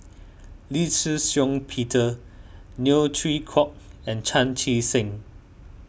Lee Shih Shiong Peter Neo Chwee Kok and Chan Chee Seng